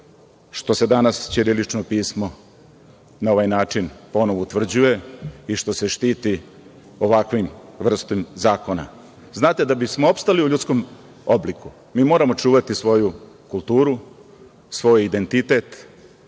što se danas ćirilično pismo na ovaj način ponovo utvrđuje i što se štiti ovakvom vrstom zakona. Znate, da bi smo opstali u ljudskom obliku, mi moramo čuvati svoju kulturu, svoj identitet